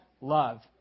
love